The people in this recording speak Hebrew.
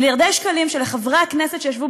מיליארדי שקלים שלחברי הכנסת שישבו